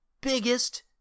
biggest